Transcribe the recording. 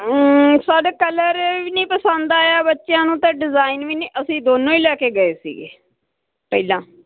ਹਾਂ ਸਾਡੇ ਕਲਰ ਵੀ ਨਹੀਂ ਪਸੰਦ ਆਇਆ ਬੱਚਿਆਂ ਨੂੰ ਤਾਂ ਡਿਜ਼ਾਇਨ ਵੀ ਨਹੀਂ ਅਸੀਂ ਦੋਨੋਂ ਹੀ ਲੈ ਕੇ ਗਏ ਸੀਗੇ ਪਹਿਲਾਂ